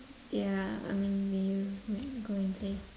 yeah I mean maybe may go and play